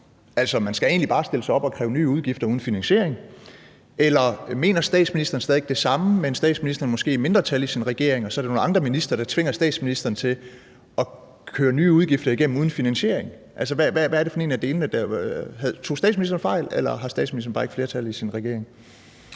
altså at man egentlig bare skal stille sig op og kræve nye udgifter uden finansiering, eller mener statsministeren stadig væk det samme, men er statsministeren måske i mindretal i sin regering, og så er det nogle andre ministre, der tvinger statsministeren til at køre nye udgifter igennem uden finansiering? Hvilken af delene er det? Tog statsministeren fejl, eller har statsministeren bare ikke flertal i sin regering?